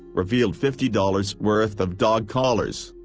revealed fifty dollars worth of dog collars.